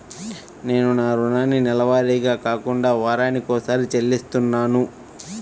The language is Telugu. నేను నా రుణాన్ని నెలవారీగా కాకుండా వారానికోసారి చెల్లిస్తున్నాను